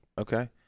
okay